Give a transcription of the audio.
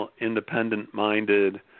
independent-minded